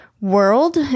world